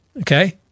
Okay